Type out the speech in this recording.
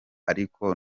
ariko